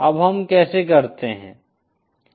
अब हम कैसे करते हैं